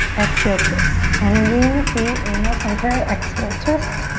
exhale twist. energy in the feet, inhale center, exhale twist,